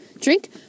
Drink